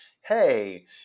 hey